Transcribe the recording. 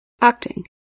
acting